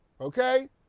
okay